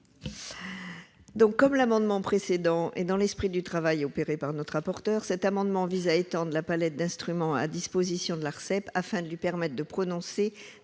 Comme l'amendement précédent, et dans l'esprit du travail opéré par le rapporteur, cet amendement vise à étendre la palette d'instruments à disposition de l'Arcep, afin de lui permettre de prononcer